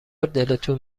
دلتون